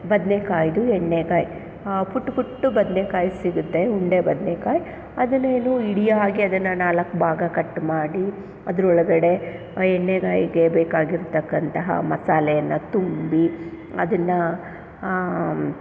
ಬದನೇಕಾಯ್ದು ಎಣ್ಣೇಗಾಯಿ ಪುಟು ಪುಟ್ಟು ಬದ್ನೇಕಾಯಿ ಸಿಗುತ್ತೆ ಉಂಡೆ ಬದ್ನೆಕಾಯಿ ಅದನ್ನೇನು ಇಡೀಯಾಗಿ ಅದನ್ನು ನಾಲ್ಕು ಭಾಗ ಕಟ್ ಮಾಡಿ ಅದರೊಳಗಡೆ ಆ ಎಣ್ಣೇಗಾಯಿಗೆ ಬೇಕಾಗಿರ್ತಕ್ಕಂತಹ ಮಸಾಲೆಯನ್ನು ತುಂಬಿ ಅದನ್ನು